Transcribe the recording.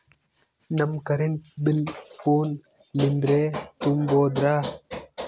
ನಮ್ current bill ಫೋನ ಲಿಂದೇ ತುಂಬೌದ್ರಾ?